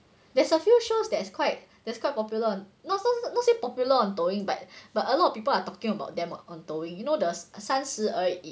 there's a few shows that is quite that's quite popular not so not say popular on doing but but a lot of people are talking about them [what] ongoing you know the the 三十而已